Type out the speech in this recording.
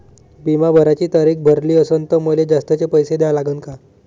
बिमा भराची तारीख भरली असनं त मले जास्तचे पैसे द्या लागन का?